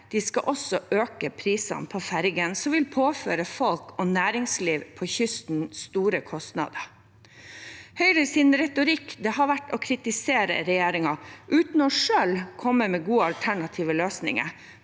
De skal også øke prisene på fergene, noe som vil påføre folk og næringsliv på kysten store kostnader. Høyres retorikk har vært å kritisere regjeringen uten selv å komme med gode alternative løsninger.